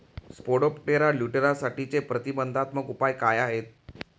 Spodoptera लिट्युरासाठीचे प्रतिबंधात्मक उपाय काय आहेत?